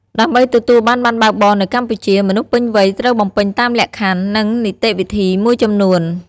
ដើម្បីទទួលបានប័ណ្ណបើកបរនៅកម្ពុជា មនុស្សពេញវ័យត្រូវបំពេញតាមលក្ខខណ្ឌ និងនីតិវិធីមួយចំនួន។